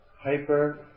Hyper